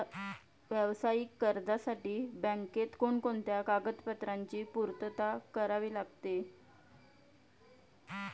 व्यावसायिक कर्जासाठी बँकेत कोणकोणत्या कागदपत्रांची पूर्तता करावी लागते?